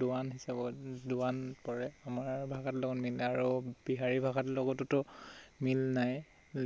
দোৱান হিচাপত দোৱান পৰে আমাৰ ভাষাটোৰ লগত মিল আৰু বিহাৰী ভাষাটোৰ লগতো ত মিল নাই